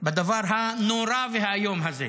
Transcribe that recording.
בדבר הנורא והאיום הזה.